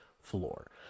floor